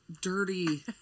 Dirty